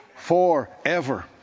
forever